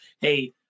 Hey